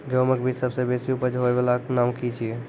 गेहूँमक बीज सबसे बेसी उपज होय वालाक नाम की छियै?